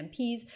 MPs